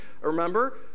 remember